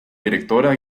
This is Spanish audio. directora